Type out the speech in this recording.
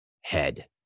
head